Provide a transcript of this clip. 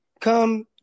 come